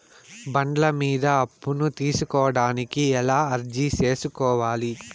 బండ్ల మీద అప్పును తీసుకోడానికి ఎలా అర్జీ సేసుకోవాలి?